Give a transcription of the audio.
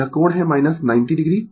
यह कोण है 90 o